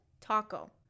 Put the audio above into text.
Taco